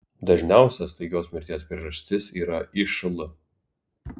dažniausia staigios mirties priežastis yra išl